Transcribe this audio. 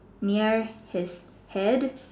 near his head